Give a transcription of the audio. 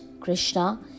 Krishna